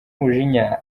umujinya